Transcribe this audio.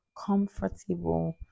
comfortable